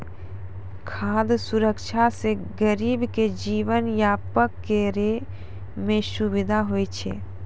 खाद सुरक्षा से गरीब के जीवन यापन करै मे सुविधा होय छै